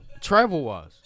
travel-wise